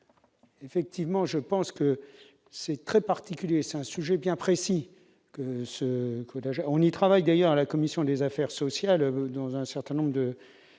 Effectivement, je pense que c'est très particulier, c'est un sujet bien précis que ce clonage, on y travaille d'ailleurs à la commission des affaires sociales, dans un certain nombre de